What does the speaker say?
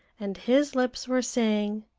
and his lips were saying,